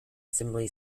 similarly